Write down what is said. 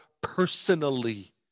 personally